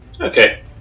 okay